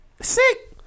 sick